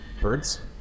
Birds